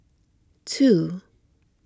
two